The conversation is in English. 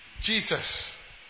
Jesus